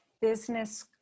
business